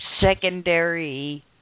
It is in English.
secondary